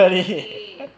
is it